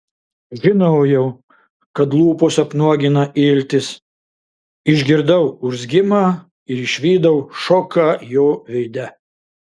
žinojau kad lūpos apnuogina iltis išgirdau urzgimą ir išvydau šoką jo veide